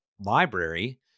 library